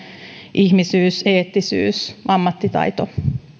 ihmisyyttä eettisyyttä ammattitaitoa